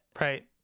right